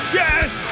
yes